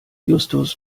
justus